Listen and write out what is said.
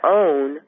own